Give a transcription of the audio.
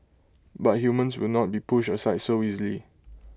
but humans will not be pushed aside so easily